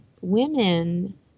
women